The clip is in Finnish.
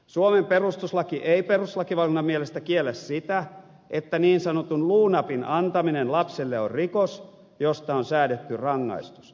suomen perustuslaki ei perustuslakivaliokunnan mielestä kiellä sitä että niin sanotun luunapin antaminen lapselle on rikos josta on säädetty rangaistus